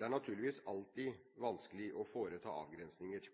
Det er naturligvis alltid vanskelig å foreta avgrensninger,